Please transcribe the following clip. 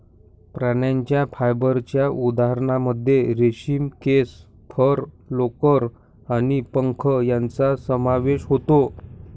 प्राण्यांच्या फायबरच्या उदाहरणांमध्ये रेशीम, केस, फर, लोकर आणि पंख यांचा समावेश होतो